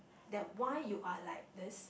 that why you are like this